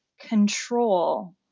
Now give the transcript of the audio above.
control